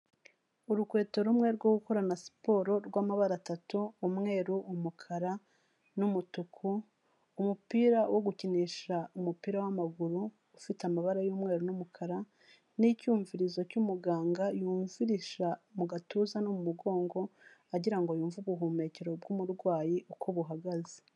Urukweto rumwe rwo gukorarana siporo rw'amabara atatu umweru, umukara n'umutuku, umupira wo gukinisha, umupira w'amaguru ufite amabara y'umweru n'umukara n'icyumvirizo cy'umuganga yumvirisha mu gatuza no mu mugongo, agirango yumve ubuhumekero bw'umurwayi uko buhagaze.